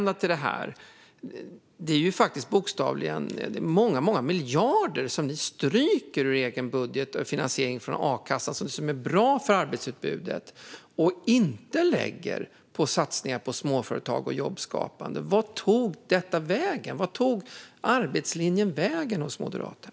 Det är många miljarder som ni stryker i er budget från finansieringen av a-kassan, som är bra för arbetsutbudet, utan att lägga dem på satsningar på småföretag och jobbskapande. Vart tog arbetslinjen vägen hos Moderaterna?